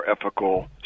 ethical